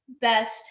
best